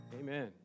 Amen